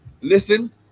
listen